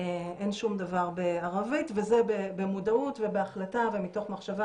אין שום דבר בערבית וזה במודעות ובהחלטה ומתוך מחשבה